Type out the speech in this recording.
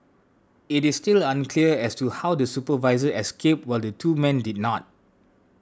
it is still unclear as to how the supervisor escaped while the two dead men did not